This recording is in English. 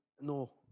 No